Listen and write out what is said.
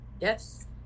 yes